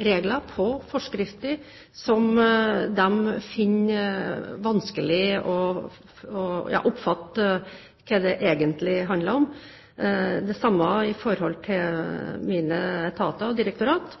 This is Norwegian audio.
regler og forskrifter som de finner det vanskelig å oppfatte hva egentlig handler om. Det samme har jeg sagt til mine etater og til mitt direktorat